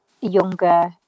younger